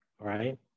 right